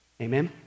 Amen